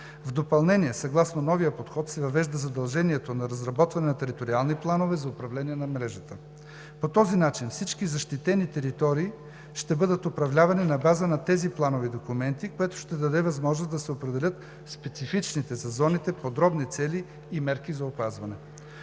В допълнение, съгласно новия подход, се въвежда задължението за разработване на териториални планове за управление на мрежата. По този начин всички защитени територии ще бъдат управлявани на база на тези планови документи, което ще даде възможност да се определят специфичните за зоните подробни цели и мерки за опазване.